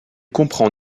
comprend